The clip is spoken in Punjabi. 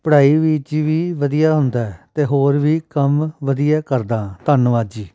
ਪੜ੍ਹਾਈ ਵਿੱਚ ਵੀ ਵਧੀਆ ਹੁੰਦਾ ਹੈ ਅਤੇ ਹੋਰ ਵੀ ਕੰਮ ਵਧੀਆ ਕਰਦਾ ਹਾਂ ਧੰਨਵਾਦ ਜੀ